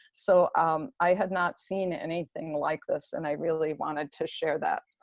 so i had not seen anything like this and i really wanted to share that.